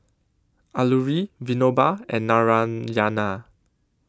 Alluri Vinoba and Narayana